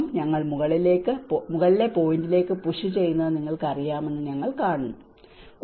ഞങ്ങൾ മുകളിലെ പോയിന്റിലേക്ക് പുഷ് ചെയ്യുന്നത് നിങ്ങൾക്കറിയാമെന്ന് ഞങ്ങൾ കാണേണ്ടതുണ്ട്